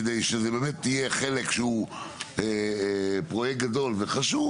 כדי שזה באמת יהיה חלק שהוא פרויקט גדול וחשוב,